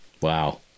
Wow